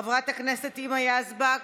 חברת הכנסת היבה יזבק,